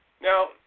Now